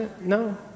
No